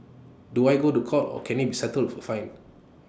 do I go to court or can IT be settled for fine